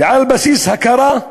ועל בסיס הכרה,